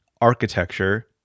architecture